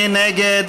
מי נגד?